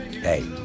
hey